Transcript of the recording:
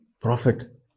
Prophet